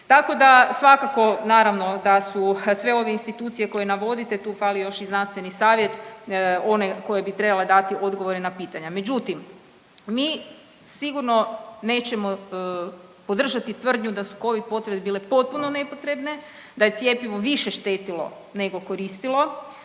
Tako da svakako naravno da su sve ove institucije koje navodite, tu fali još i znanstveni savjet one koje bi trebale dati odgovore na pitanja. Međutim, mi sigurno nećemo podržati tvrdnju da su Covid potvrde bile potpuno nepotrebne, da je cjepivo više štetilo nego koristilo.